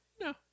no